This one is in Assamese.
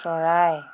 চৰাই